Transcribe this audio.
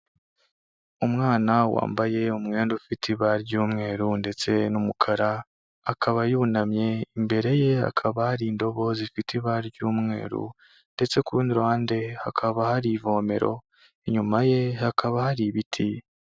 Umwana wambaye umwenda ufite ibara ry'umweru ndetse n'umukara akaba yunamye imbere ye hakaba hari indobo zifite ibara ry'umweru ndetse ku rundi ruhande hakaba hari ivomero, inyuma ye hakaba hari ibiti.